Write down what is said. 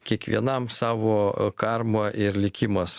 kiekvienam savo karma ir likimas